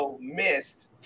missed